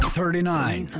Thirty-nine